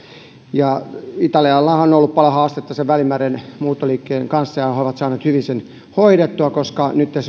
italiallahan on on ollut paljon haastetta välimeren muuttoliikkeen kanssa ja he he ovat saaneet hyvin sen hoidettua koska nytten